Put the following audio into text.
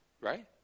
right